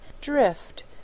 drift